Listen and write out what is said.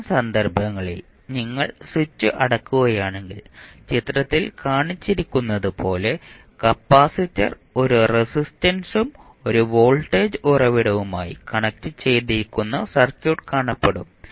അത്തരം സന്ദർഭങ്ങളിൽ നിങ്ങൾ സ്വിച്ച് അടയ്ക്കുകയാണെങ്കിൽ ചിത്രത്തിൽ കാണിച്ചിരിക്കുന്നതുപോലെ കപ്പാസിറ്റർ ഒരു റെസിസ്റ്റൻസും ഒരു വോൾട്ടേജ് ഉറവിടവുമായി കണക്റ്റുചെയ്തിരിക്കുന്ന സർക്യൂട്ട് കാണപ്പെടും